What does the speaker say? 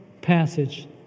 passage